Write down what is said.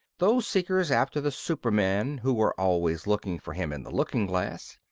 those seekers after the superman who are always looking for him in the looking-glass,